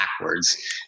backwards